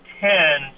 ten